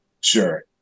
Sure